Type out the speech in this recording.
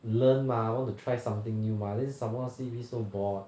learn mah I want to try something new mah then somemore C_B so bored